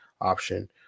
option